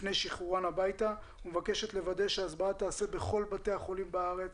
לפני שחרורן הביתה ומבקשת לוודא שההסברה תיעשה בכל בתי החולים בארץ,